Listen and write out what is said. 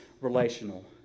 relational